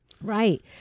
Right